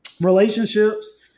relationships